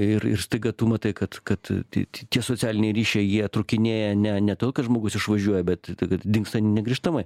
ir ir staiga tu matai kad kad t tie socialiniai ryšiai jie trūkinėja ne ne todėl kad žmogus išvažiuoja bet tai kad dingsta negrįžtamai